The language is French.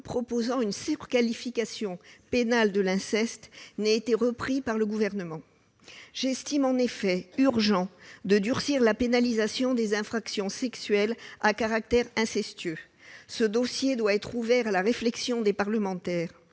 proposer une surqualification pénale de l'inceste n'ait été repris par le Gouvernement. J'estime en effet qu'il est urgent de durcir la pénalisation des infractions sexuelles à caractère incestueux. Ce dossier doit être ouvert à la réflexion des parlementaires.